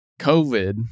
COVID